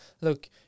look